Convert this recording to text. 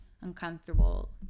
uncomfortable